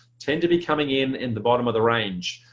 tend to be coming in in the bottom of the range.